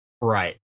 Right